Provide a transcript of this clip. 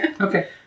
Okay